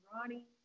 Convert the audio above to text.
Ronnie